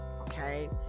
okay